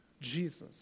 Jesus